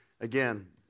again